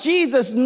Jesus